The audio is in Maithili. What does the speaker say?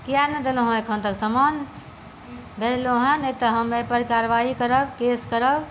किया ने देलहुॅं हँ एखन तक समान भेजलौं हँ नहि तऽ हम अइ पर कार्रवाई करब केस करब